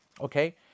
Okay